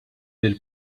lill